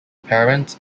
parents